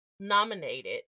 nominated